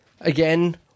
again